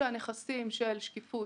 הנכסים של שקיפות,